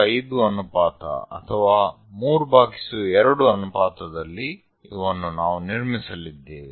5 ಅನುಪಾತ ಅಥವಾ 32 ಅನುಪಾತದಲ್ಲಿ ಇವನ್ನು ನಾವು ನಿರ್ಮಿಸಲಿದ್ದೇವೆ